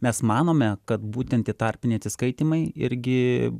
mes manome kad būtent tie tarpiniai atsiskaitymai irgi